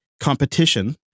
competition